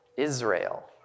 Israel